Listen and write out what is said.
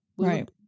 right